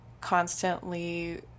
constantly